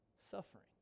suffering